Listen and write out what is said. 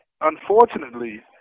unfortunately